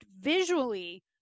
visually